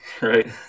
right